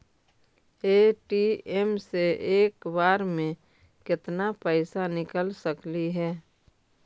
ATM से एक बार मे केत्ना पैसा निकल सकली हे?